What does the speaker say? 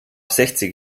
sechzig